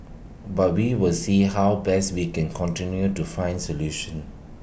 but we will see how best we can continue to find solutions